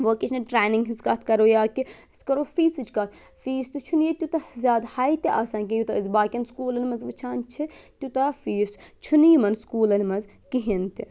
vocational training ہِنٛز کَتھ کَرو یا کہ أسۍ کَرو فیٖسٕچ کَتھ فیٖس تہِ چھُنہٕ ییٚتہِ تیوٗتاہ زیادٕ ہاے تہِ آسان کینٛہہ یوٗتاہ أسۍ باقیَن سکوٗلَن منٛز وٕچھان چھِ تیوٗتاہ فیٖس چھُنہٕ یِمَن سکوٗلَن منٛز کِہینۍ تہِ